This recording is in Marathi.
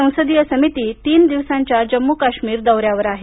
संसदीय समिती तीन दिवसांच्या जम्मू काश्मीर दौऱ्यावर आहे